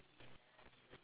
ya ya